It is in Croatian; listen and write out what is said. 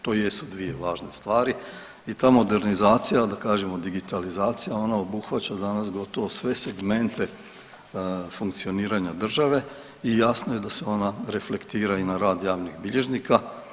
To jesu dvije važne stvari i ta modernizacija da kažemo digitalizacija ona obuhvaća danas gotovo sve segmente funkcioniranja države i jasno je da se ona reflektira i na rad javnih bilježnika.